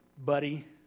Buddy